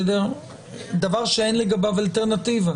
דבר שאין לגביו אלטרנטיבה